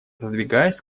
отодвигаясь